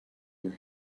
your